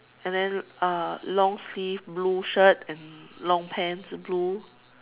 and then uh long sleeve blue shirt and long pants blue